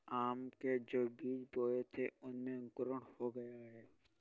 आम के जो बीज बोए थे उनमें अंकुरण हो गया है